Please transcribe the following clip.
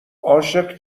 عاشق